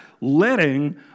letting